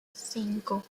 cinco